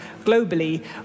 globally